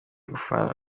gufana